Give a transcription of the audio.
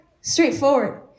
straightforward